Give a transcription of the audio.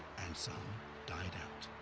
and some died out.